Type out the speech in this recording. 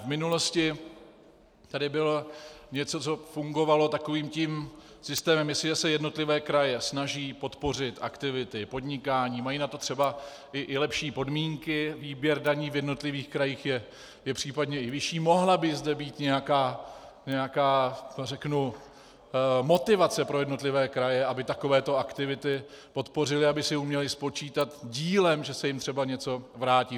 V minulosti tady bylo něco, co fungovalo takovým tím systémem: jestliže se jednotlivé kraje snaží podpořit aktivity podnikání, mají na to třeba i lepší podmínky, výběr daní v jednotlivých krajích je případně i vyšší, mohla by zde být nějaká motivace pro jednotlivé kraje, aby takovéto aktivity podpořily, aby si uměly spočítat dílem, že se jim třeba něco vrátí.